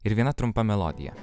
ir viena trumpa melodija